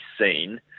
seen